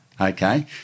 okay